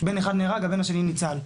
בן אחד נהרג והבן השני ניצל.